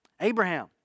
Abraham